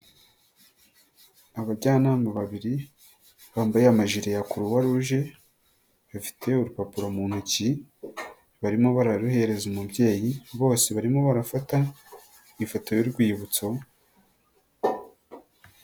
Abajyanama babiri bambaye amajire ya Croix Rouge bafite urupapuro mu ntoki, barimo bararuhereza umubyeyi bose barimo barafata ifoto y'urwibutso.